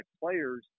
players